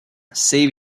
save